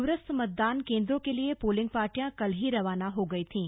दूरस्थ मतदान केंद्रों के लिए पोलिंग पार्टियां कल ही रवाना हो गई थीं